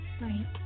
Right